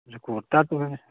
कुरता तऽ है